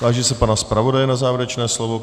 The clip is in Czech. Táži se pana zpravodaje na závěrečné slovo.